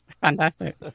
Fantastic